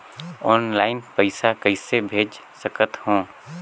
Online पइसा कइसे भेज सकत हो?